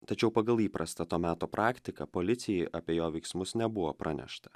tačiau pagal įprastą to meto praktiką policijai apie jo veiksmus nebuvo pranešta